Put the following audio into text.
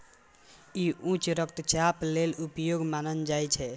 ई उच्च रक्तचाप लेल उपयोगी मानल जाइ छै